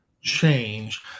change